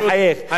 בסדר,